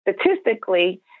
statistically